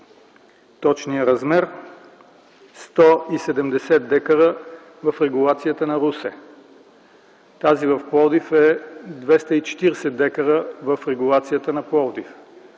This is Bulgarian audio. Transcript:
точния размер – 170 дка в регулацията на Русе, тази в Пловдив е 240 дка в регулацията на Пловдив.